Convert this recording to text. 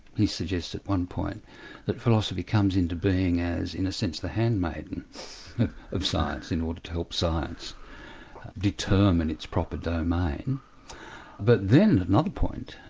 he suggests at one point that philosophy comes into being as, in a sense, the handmaiden of science, in order to help science determine its proper domain, but then at another point,